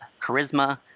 charisma